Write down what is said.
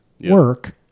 work